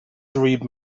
three